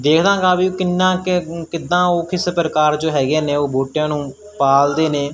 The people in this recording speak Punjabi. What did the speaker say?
ਦੇਖਦਾ ਗਾ ਵੀ ਕਿੰਨਾ ਕੁ ਕਿੱਦਾਂ ਉਹ ਕਿਸ ਪ੍ਰਕਾਰ ਜੋ ਹੈਗੇ ਨੇ ਉਹ ਬੂਟਿਆਂ ਨੂੰ ਪਾਲਦੇ ਨੇ